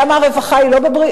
למה הרווחה היא לא בעדיפויות?